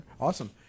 Awesome